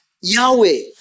yahweh